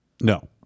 No